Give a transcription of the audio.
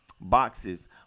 boxes